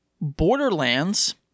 borderlands